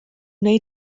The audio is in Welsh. wnei